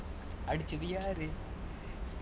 அடிச்சது யாரு:adichathu yaaru